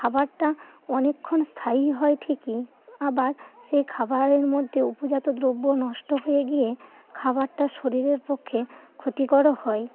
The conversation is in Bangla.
খাবারটা অনেকক্ষণ স্থায়ী হয় ঠিকই আবার সে খাবারের মধ্যে উপজাত দ্রব্য নষ্ট হয়ে গিয়ে খাবারটা শরীরের পক্ষে ক্ষতিকরও হয়